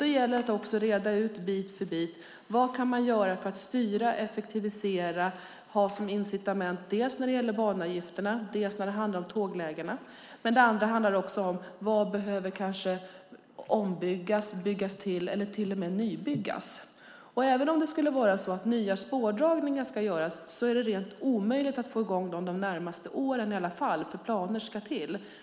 Då gäller det också att bit för bit reda ut vad man kan göra för att styra, effektivisera och skapa incitament, dels när det gäller banavgifterna, dels när det gäller tåglägena. Det handlar också om vad som behöver ombyggas, byggas till eller kanske till och med nybyggas. Även om det skulle vara så att nya spårdragningar ska göras är det rent omöjligt att få i gång dem de närmaste åren i alla fall, för planer ska till.